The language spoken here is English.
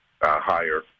Higher